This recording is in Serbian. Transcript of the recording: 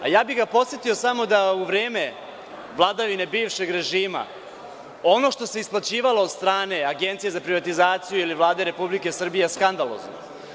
Ja bih ga podsetio samo da u vreme vladavine bivšeg režima, ono što se isplaćivalo od strane Agencije za privatizaciju ili Vlade Republike Srbije je skandalozno.